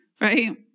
right